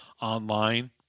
online